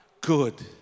good